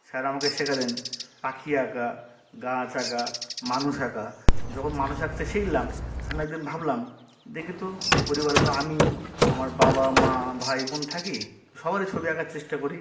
sir আমাকে শেখালেন পাখি আঁকা গাছ আঁকা মানুষ আঁকা যখন মানুষ আঁকতে শিখলাম আমি এক দিন ভাবলাম দেখি তো পরিবারে তো আমি আমার বাবা মা ভাই বোন থাকি সবারই ছবি আঁকার চেষ্টা করি